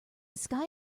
sky